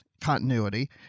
continuity